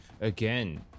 Again